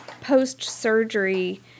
post-surgery